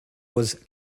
was